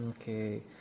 okay